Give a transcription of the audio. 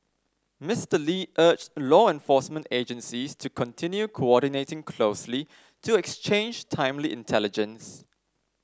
Mister Lee urged law enforcement agencies to continue coordinating closely to exchange timely intelligence